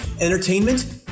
entertainment